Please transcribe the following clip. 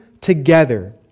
together